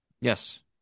Yes